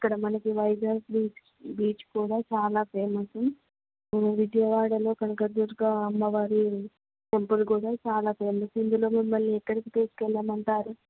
ఇక్కడ మనకి Vizag beach beach కూడా చాలా ఫేమస్ విజయవాడలో కనకదుర్గ అమ్మవారి టెంపుల్ కూడా చాలా ఫేమస్ ఇందులో మిమ్మల్ని ఎక్కడికి తీసుకు వెళ్ళమంటారు